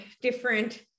different